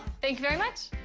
thank you very much.